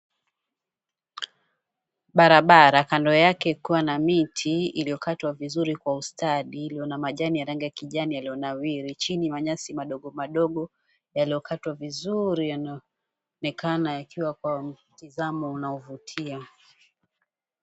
Barabara, kando yake ikiwa na miti iliyokatwa vizuri kwa ustadi iliyo na majani ya rangi ya kijani yaliyonawiri. Chini manyasi madogo madogo yaliyokatwa vizuri yanaonekana yakiwa kwa mtizamo unaovutia.